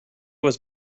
was